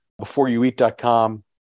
beforeyoueat.com